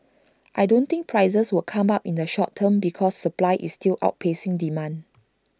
I don't think prices will come up in the short term because supply is still outpacing demand